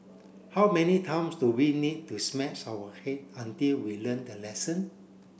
how many times do we need to smash our head until we learn the lesson